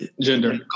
Gender